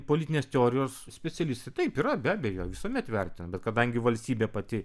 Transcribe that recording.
politinės teorijos specialistai taip yra be abejo visuomet vertina bet kadangi valstybė pati